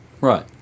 Right